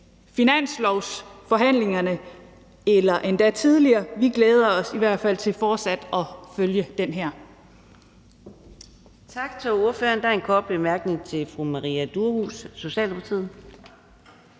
finanslovsforhandlingerne eller endda tidligere. Vi glæder os i hvert fald til fortsat at følge det her.